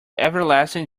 everlasting